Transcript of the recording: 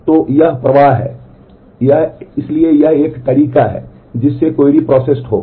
तो यह प्रवाह है इसलिए यह एक तरीका है जिससे क्वेरी प्रोसेस्ड होगी